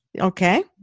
Okay